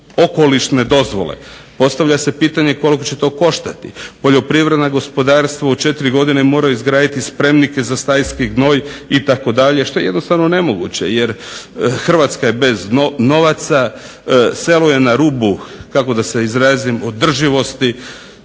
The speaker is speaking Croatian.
okolišne dozvole. Postavlja se pitanje koliko će to koštati. Poljoprivredna gospodarstva u 4 godine moraju izgraditi spremnike za stajski gnoj itd. što je jednostavno nemoguće, jer Hrvatska je bez novaca, selo je na rubu održivosti.